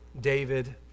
David